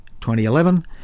2011